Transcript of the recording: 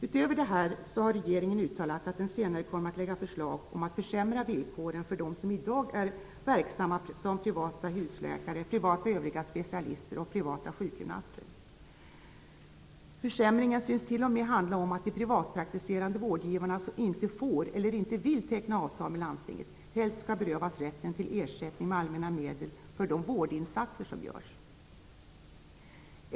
Utöver detta har regeringen uttalat att den senare kommer att lägga fram förslag om att försämra villkoren för dem som i dag är verksamma som privata husläkare, privata övriga specialister och privata sjukgymnaster. Försämringen synes t.o.m. handla om att de privatpraktiserande vårdgivarna som inte får eller som inte vill teckna avtal med landstinget helt skall berövas rätten till ersättning med allmänna medel för de vårdinsatser som görs.